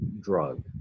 drug